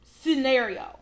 scenario